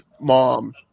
mom